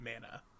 mana